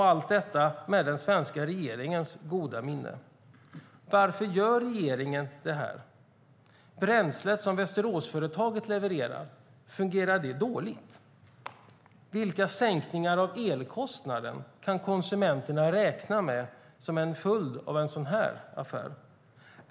Allt detta sker med den svenska regeringens goda minne. Varför gör regeringen detta? Fungerar bränslet som Västeråsföretaget levererar dåligt? Vilka sänkningar av elkostnaden kan konsumenterna räkna med som en följd av en sådan affär?